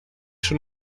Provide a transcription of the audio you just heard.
schon